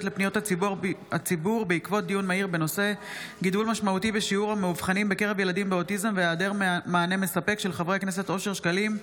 לפניות הציבור בעקבות דיון מהיר בהצעתם של חברי הכנסת אושר שקלים,